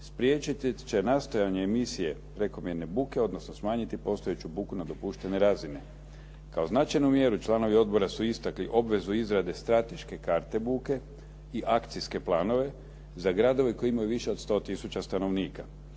spriječiti će nastajanje emisije prekomjerne buke, odnosno smanjiti postojeću buku na dopuštene razine. Kao značajnu mjeru članovi odbora su istakli obvezu izrade strateške karte buke i akcijske planove za gradove koji imaju više od 10000 stanovnika.